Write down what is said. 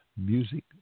Music